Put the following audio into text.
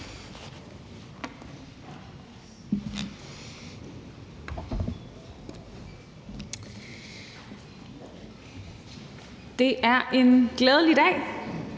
Det er en glædelig dag: